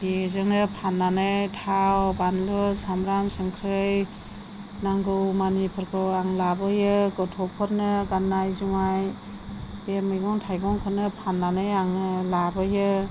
बेजोंनो फाननानै थाव बानलु सामब्राम संख्रै नांगौमानिफोरखौ आं लाबोयो गथ'फोरनो गाननाय जोमनाय बे मैगं थाइगंखौनो फाननानै आङो लाबोयो